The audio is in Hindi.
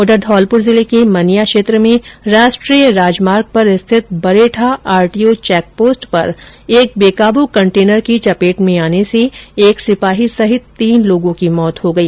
उधर धौलपुर जिले के मनिया क्षेत्र में राष्ट्रीय राजमार्ग पर स्थित बरेठा आरटीओ चैक पोस्ट पर एक बेकाबू कंटेनर की चपेट में आने से एक सिपाही सहित तीन लोगों की मौत हो गई